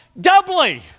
doubly